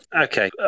okay